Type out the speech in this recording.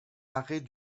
arrêt